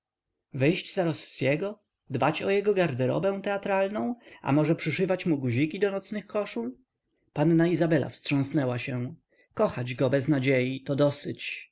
wyjść za rossiego dbać o jego garderobę teatralną a może przyszywać mu guziki do nocnych koszul panna izabela wstrząsnęła się kochać go bez nadziei to dosyć